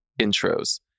intros